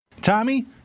Tommy